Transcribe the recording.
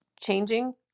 changing